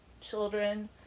children